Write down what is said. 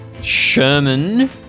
Sherman